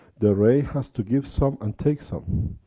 the ray has to give some and take some,